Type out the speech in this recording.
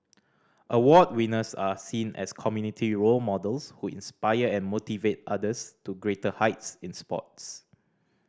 award winners are seen as community role models who inspire and motivate others to greater heights in sports